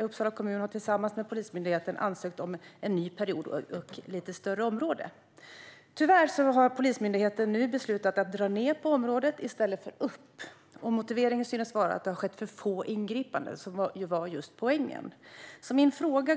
Uppsala kommun har tillsammans med Polismyndigheten ansökt om en ny period och ett lite större område. Tyvärr har Polismyndigheten nu beslutat att dra ned på området i stället för upp. Motiveringen synes vara att det har skett för få ingripanden, vilket just var poängen. Min fråga